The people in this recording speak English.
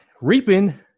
reaping